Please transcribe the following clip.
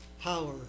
power